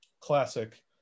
classic